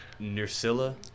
Nursilla